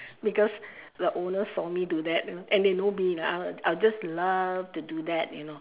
because the owner saw me do that you know and they know me lah I'll just love to do that you know